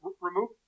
remove